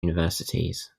universities